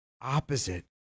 opposite